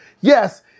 Yes